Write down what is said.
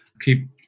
keep